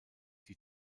die